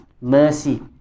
mercy